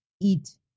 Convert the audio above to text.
eat